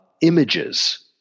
images